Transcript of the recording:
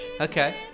Okay